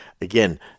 Again